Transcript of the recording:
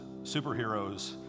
superheroes